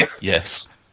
yes